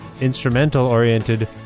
instrumental-oriented